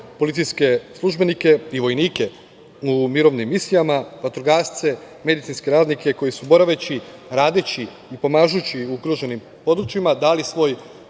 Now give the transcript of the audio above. policijske službenike i vojnike u mirovnim misijama, vatrogasce, medicinske radnike koji su boraveći, radeći i pomažući ugroženim područjima dali svoj